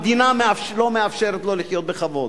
המדינה לא מאפשרת לו לחיות בכבוד.